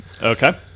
Okay